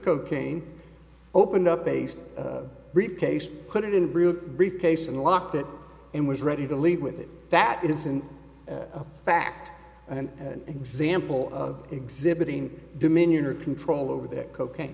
cocaine opened up a base rate case cut it in real briefcase and locked it and was ready to leave with it that isn't a fact and an example of exhibiting dominion or control over that cocaine